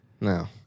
No